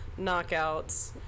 knockouts